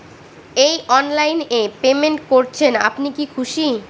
এই অনলাইন এ পেমেন্ট করছেন আপনি কি খুশি?